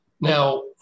Now